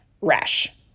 rash